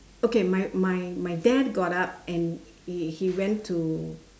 okay my my my dad got up and he he went to